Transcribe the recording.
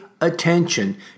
attention